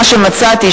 מה שמצאתי,